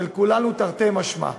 של כולנו, תרתי משמע,